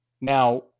Now